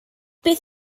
beth